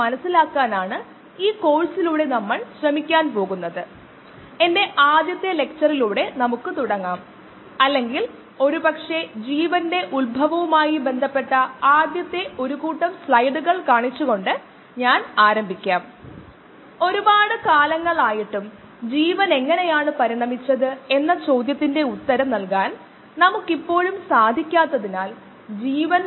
അസംസ്കൃതവസ്തുക്കൾ bio റിയാക്ടറിലേക്ക് പോകുന്നു അതിൽ സൂക്ഷ്മജീവികളും പോഷകങ്ങളും അടങ്ങിയിട്ടുണ്ട് അത് വളരുന്നതിനും താൽപ്പര്യമുള്ള ഉൽപന്നം ഉൽപാദിപ്പിക്കുന്നതിനും വേണ്ടിയാണ്